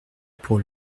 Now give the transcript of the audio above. pour